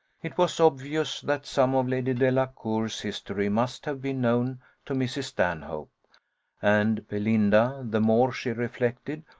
it was obvious that some of lady delacour's history must have been known to mrs. stanhope and belinda, the more she reflected,